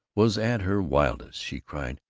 was at her wildest. she cried,